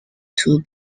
two